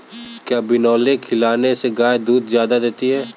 क्या बिनोले खिलाने से गाय दूध ज्यादा देती है?